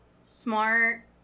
smart